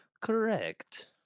Correct